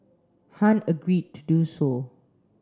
Han agreed to do so